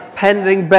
pending